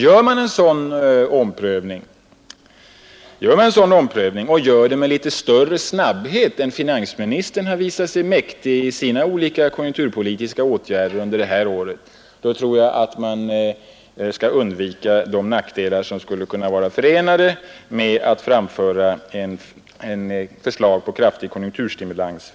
Gör man en sådan omprövning och gör den med litet större snabbhet än finansministern har visat sig mäktig i sina olika konjunkturpolitiska åtgärder under detta år, tror jag att man kan undvika de nackdelar som skulle kunna vara förenade med att framföra ett förslag om kraftig konjunkturstimulans.